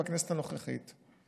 בכנסת הנוכחית,